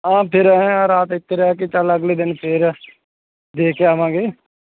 ਹਾਂ ਫਿਰ ਐਂ ਆਂ ਰਾਤ ਇੱਥੇ ਰਹਿ ਕੇ ਚੱਲ ਅਗਲੇ ਦਿਨ ਫਿਰ ਦੇਖ ਆਵਾਂਗੇ